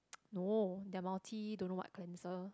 no their multi don't know what cleanser